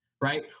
right